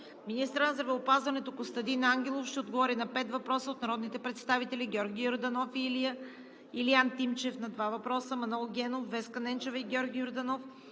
Министърът на здравеопазването Костадин Ангелов ще отговори на пет въпроса от народните представители Георги Йорданов и Илиян Тимчев – на два въпроса; Манол Генов; Веска Ненчева и Георги Йорданов;